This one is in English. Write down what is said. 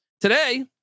today